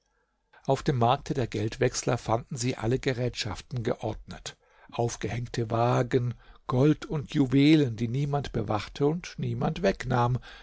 auf dem markte der geldwechsler fanden sie alle gerätschaften geordnet aufgehängte waagen gold und juwelen die niemand bewachte und niemand wegnahm